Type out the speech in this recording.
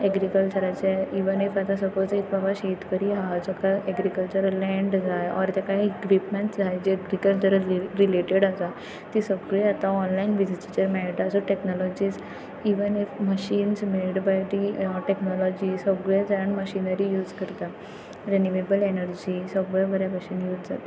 एग्रीकल्चराचें even if आतां suppose एक बाबा शेतकरी आहा जेका एग्रीकल्चरल लँड जाय ऑर तेका इक्विपमँट्स जाय जे एग्रीकल्चरल रि रिलेटेड आसा तीं सगळीं आतां ऑनलायन बेजीचेर मेळटा so technologies even if machines made by the technology सगळे जाण मशिनरी यूज करता रिन्युवेबल एनर्जी सगळे बऱ्या बशेन यूज जाता